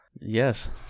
Yes